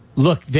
Look